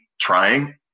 trying